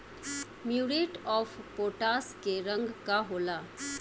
Muriate of potash के रंग का होला?